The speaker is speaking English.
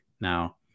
Now